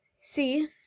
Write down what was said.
see